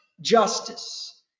justice